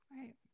right